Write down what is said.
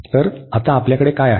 तर आता आपल्याकडे काय आहे